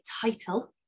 title